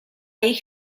ich